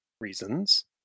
reasons